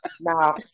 Now